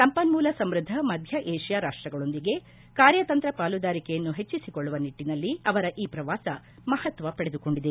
ಸಂಪನ್ಮೂಲ ಸಮ್ಬದ್ದ ಮಧ್ಯಏಷ್ಯಾ ರಾಷ್ಟ್ರಗಳೊಂದಿಗೆ ಕಾರ್ಯತಂತ್ರ ಪಾಲುದಾರಿಕೆಯನ್ನು ಹೆಚ್ಚಿಸಿಕೊಳ್ಳುವ ನಿಟ್ಟಿನಲ್ಲಿ ಅವರ ಈ ಪ್ರವಾಸ ಮಹತ್ವ ಪಡೆದುಕೊಂಡಿದೆ